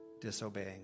disobeying